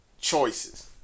choices